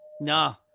No